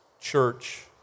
Church